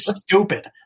stupid